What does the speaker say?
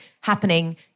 happening